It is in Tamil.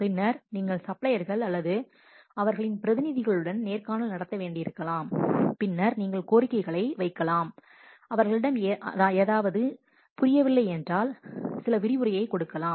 பின்னர் நீங்கள் சப்ளையர்கள் அல்லது அவர்களின் பிரதிநிதிகளுடன் நேர்காணல் நடத்த வேண்டியிருக்கலாம் பின்னர் நீங்கள் கோரிக்கைகளை வைக்கலாம் அவர்களிடம் அதாவது இது தெளிவாக புரியவில்லை என்றால் அவர்கள் சில விரிவுரையை கொடுக்கலாம்